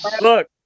look